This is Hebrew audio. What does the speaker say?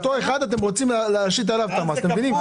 עליו אתם רוצים להשית את המס הזה.